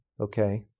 okay